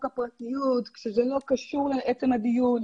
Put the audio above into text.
הגנת הפרטיות כשזה לא קשור לעצם הדיון,